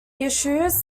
issues